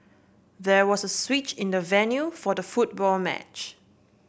there was a switch in the venue for the football match